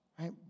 Right